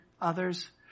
others